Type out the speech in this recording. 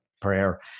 prayer